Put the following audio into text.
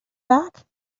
back